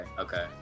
okay